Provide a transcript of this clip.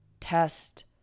Test